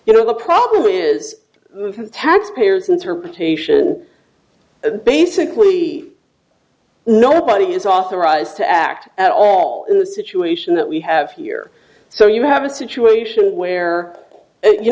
you know the problem is the taxpayers interpretation basically nobody is authorized to act at all in the situation that we have here so you have a situation where you